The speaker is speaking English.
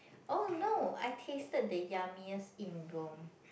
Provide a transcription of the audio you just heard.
oh no I tasted the yummiest in Rome